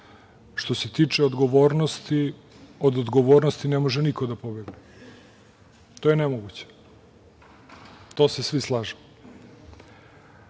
Što se tiče odgovornosti, od odgovornosti ne može niko da pobegne, to je nemoguće, to se svi slažemo. Ako